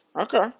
Okay